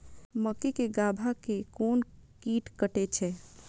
मक्के के गाभा के कोन कीट कटे छे?